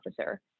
officer